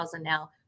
now